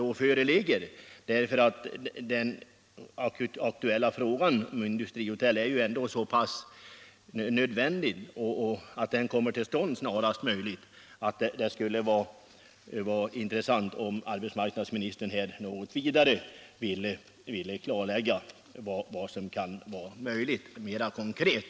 Det är ändå så pass viktigt att den aktuella frågan om industrihotell får sin lösning snarast möjligt, att det skulle vara intressant om arbetsmarknadsministern något vidare ville klarlägga vad som kan vara möjligt att göra mera konkret.